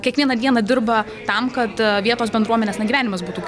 kiekvieną dieną dirba tam kad vietos bendruomenės na gyvenimas būtų